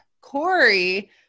Corey